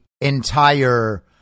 entire